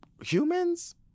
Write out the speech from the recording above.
humans